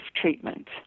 treatment